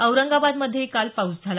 औरंगाबादमध्येही काल पाऊस झाला